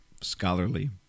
scholarly